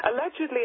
allegedly